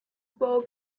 bowl